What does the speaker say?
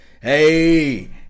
hey